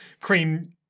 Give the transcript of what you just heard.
cream